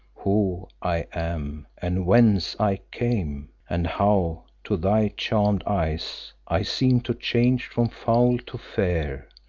who i am and whence i came, and how to thy charmed eyes i seemed to change from foul to fair,